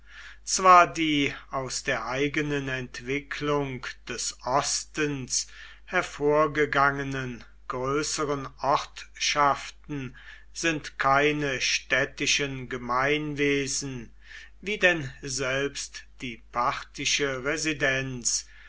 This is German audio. zwar die aus der eigenen entwicklung des ostens hervorgegangenen größeren ortschaften sind keine städtischen gemeinwesen wie denn selbst die parthische residenz